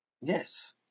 Yes